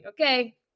Okay